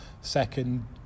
Second